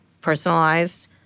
personalized